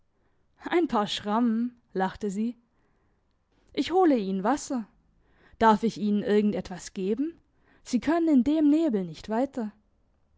ein paar schrammen lachte sie ich hole ihnen wasser darf ich ihnen irgend etwas geben sie können in dem nebel nicht weiter